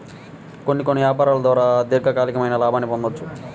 కొన్ని కొన్ని యాపారాల ద్వారా దీర్ఘకాలికమైన లాభాల్ని పొందొచ్చు